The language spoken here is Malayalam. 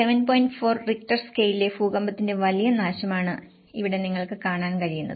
4 റിക്ടർ സ്കെയിലിലെ ഭൂകമ്പത്തിന്റെ വലിയ നാശമാണ് ഇവിടെ നിങ്ങൾക്ക് കാണാൻ കഴിയുന്നത്